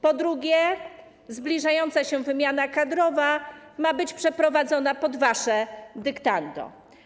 Po drugie, zbliżająca się wymiana kadrowa ma być przeprowadzona pod wasze dyktando.